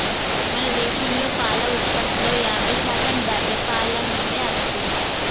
మన దేశంలో పాల ఉత్పత్తిలో యాభై శాతం బర్రే పాల నుండే అత్తుంది